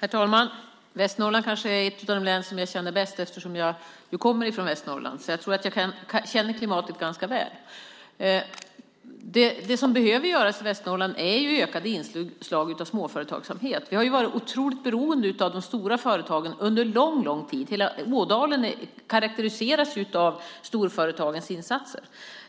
Herr talman! Västernorrland är ett av de län som jag känner till bäst eftersom jag kommer därifrån. Jag tror därför att jag känner till klimatet ganska väl. Det som behövs i Västernorrland är ökade inslag av småföretagsamhet. Vi har varit otroligt beroende av de stora företagen under lång tid. Hela Ådalen karaktäriseras av storföretagens insatser.